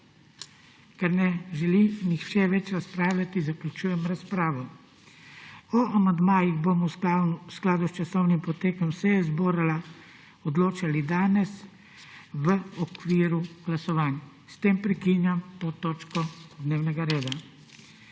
Ker ne želi nihče več razpravljati, zaključujem razpravo. O amandmajih bomo v skladu s časovnim potekom seje zbora odločali danes v okviru glasovanj. S tem prekinjam to točko dnevnega reda.